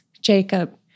Jacob